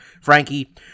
Frankie